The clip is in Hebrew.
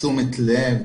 תשומת לב.